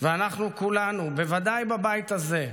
ואנחנו כולנו, בוודאי בבית הזה,